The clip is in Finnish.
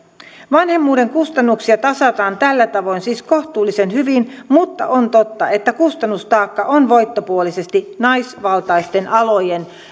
vanhemmuuden kustannuksia tasataan tällä tavoin siis kohtuullisen hyvin mutta on totta että kustannustaakka on voittopuolisesti naisvaltaisten alojen